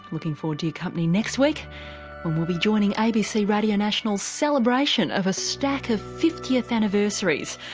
looking forward to your company next week when we'll be joining abc radio national's celebration of a stack of fiftieth anniversaries.